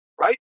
right